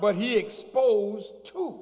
but he exposed to